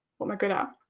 what am i good um